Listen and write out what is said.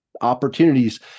opportunities